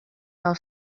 del